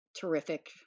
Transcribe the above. terrific